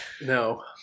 No